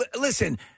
listen